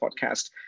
podcast